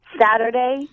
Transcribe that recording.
Saturday